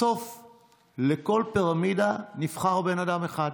בסוף לכל פירמידה נבחר בן אדם אחד,